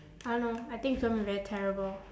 I don't know I think it's gonna be very terrible